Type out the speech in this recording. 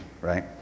right